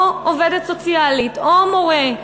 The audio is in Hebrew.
או עובדת סוציאלית, או מורה,